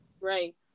Right